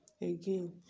again